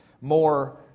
more